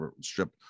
strip